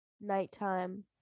nighttime